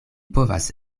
povas